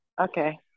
Okay